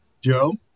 Joe